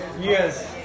Yes